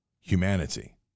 humanity